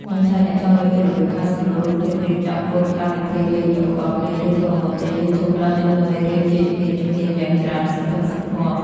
មិនថាអ្នកចង់រៀនពីរបៀបកែសម្រួលរូបភាព រៀបចំកូដកម្មវិធី លេងឧបករណ៍ភ្លេង ឬធ្វើម្ហូបទេ YouTube ផ្តល់ជូននូវមេរៀនជាជំហានៗយ៉ាងច្រើនសន្ធឹកសន្ធាប់។